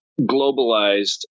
globalized